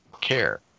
care